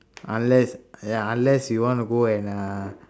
unless ya unless you want to go and uh